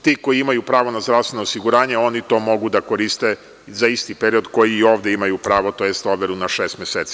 Ti koji imaju pravo na zdravstveno osiguranje, oni to mogu da koriste za isti period koji i ovde imaju pravo, tj. overu na šest meseci.